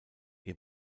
ihr